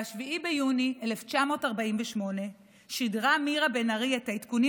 ב-7 ביוני 1948 שידרה מירה בן ארי את העדכונים